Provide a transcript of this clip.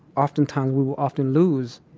oftentimes we would often lose